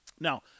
Now